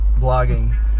blogging